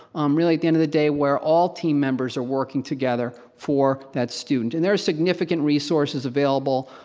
um really at the end of the day where all team members are working together for that student, and there are significant resources available,